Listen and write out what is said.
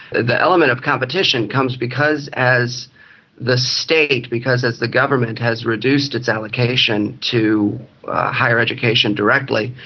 the element of competition comes because as the state, because as the government has reduced its allocation to higher education directly,